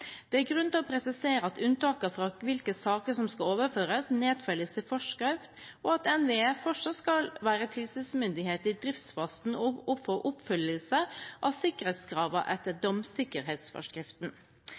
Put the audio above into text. Det er grunn til å presisere at unntakene fra hvilke saker som skal overføres, nedfelles i forskrift, og at NVE fortsatt skal være tilsynsmyndighet i driftsfasen og for oppfyllelse av sikkerhetskravene etter